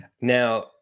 Now